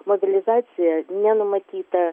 mobilizacija nenumatyta